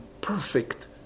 perfect